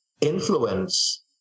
influence